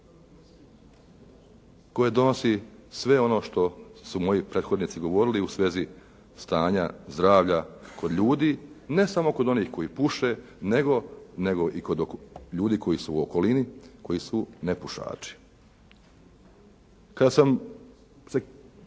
koje donosi sve ono što su moji prethodnici govorili u svezi stanja zdravlja kod ljudi, ne samo kod onih koji puše nego i kod ljudi koji su u okolini, koji su nepušači.